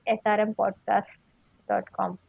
srmpodcast.com